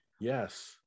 Yes